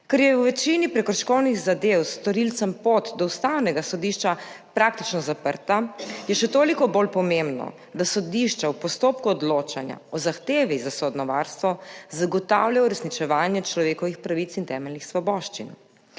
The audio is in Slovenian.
Ker je v večini prekrškovnih zadev storilcem pot do Ustavnega sodišča praktično zaprta, je še toliko bolj pomembno, da sodišča v postopku odločanja o zahtevi za sodno varstvo zagotavljajo uresničevanje človekovih pravic in temeljnih svoboščin.